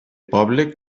poble